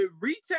retail